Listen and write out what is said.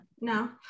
No